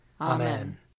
Amen